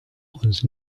uns